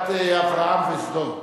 סיעת האיחוד הלאומי לסעיף 1 לא נתקבלה.